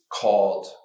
called